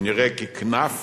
הוא נראה ככנף